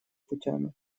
путями